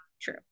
true